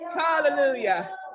Hallelujah